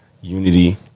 unity